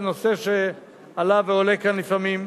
בנושא שעלה ועולה כאן לפעמים.